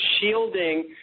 shielding